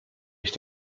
ich